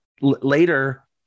later